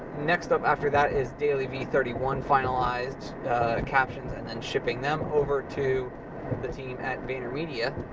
next up after that is dailyvee thirty one finalized captions and then shipping them over to the team at vaynermedia,